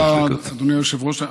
תודה, אדוני היושב-ראש.